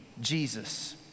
Jesus